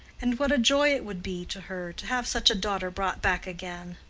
and what a joy it would be to her to have such a daughter brought back again!